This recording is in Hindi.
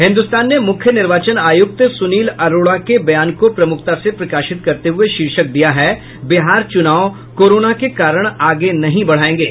हिन्दुस्तान ने मुख्य निर्वाचन आयुक्त सुनील अरोड़ा के बयान को प्रमुखता से प्रकाशित करते हुये शीर्षक दिया है बिहार चुनाव कोरोना के कारण आगे नहीं बढ़ायेंगे